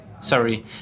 sorry